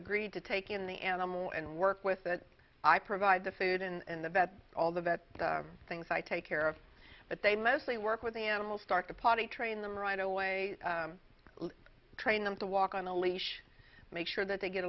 agreed to take in the animal and work with that i provide the food and the vet all the vet things i take care of but they mostly work with animals start to potty train them right away train them to walk on a leash make sure that they get